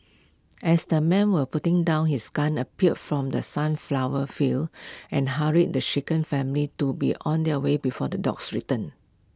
as the man were putting down his gun appeared from the sunflower fields and hurried the shaken family to be on their way before the dogs return